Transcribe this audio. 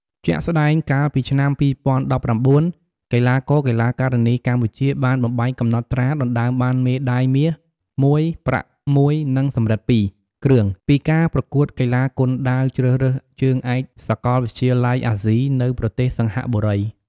ជាក់ស្តែង កាលពីឆ្នាំ ២០១៩ កីឡាករ-កីឡាការិនីកម្ពុជា បានបំបែកកំណត់ត្រាដណ្តើមបានមេដាយមាស ១ ប្រាក់ ១ និងសំរឹទ្ធ ២ គ្រឿង ពីការប្រកួតកីឡាគុនដាវជ្រើសរើសជើងឯកសាកលវិទ្យាល័យអាស៊ី នៅប្រទេសសិង្ហបុរី។